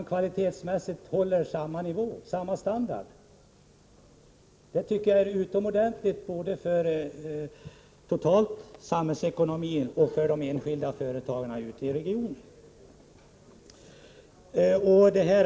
Det tycker jag är utomordentligt bra för både samhällsekonomin totalt och den enskilde företagaren ute i regionen.